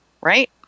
right